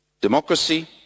democracy